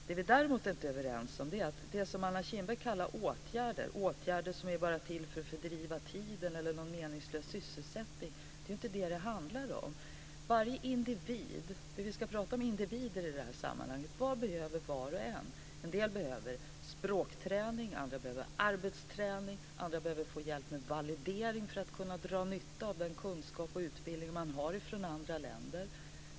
Det vi däremot inte är överens om är det som Anna Kinberg kallar åtgärder - åtgärder som bara är till för att fördriva tiden eller någon meningslös sysselsättning. Det är inte det som det handlar om, utan vad varje individ - för vi ska prata om individer i det här sammanhanget - behöver. En del behöver språkträning, andra behöver arbetsträning, andra behöver få hjälp med validering för att kunna dra nytta av den kunskap och utbildning de har från andra länder.